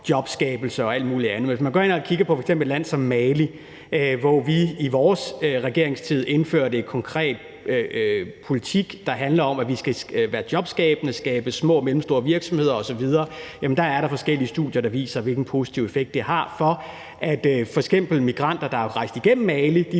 jobskabelse og alt muligt andet. Hvis man går ind og kigger på f.eks. et land som Mali, hvor vi i vores regeringstid indførte en konkret politik, der handler om, at vi skulle gå ind og være jobskabende og skabe små og mellemstore virksomheder osv., er der forskellige studier, der viser, hvilken positiv effekt det har for, at f.eks. migranter, der er rejst igennem Mali,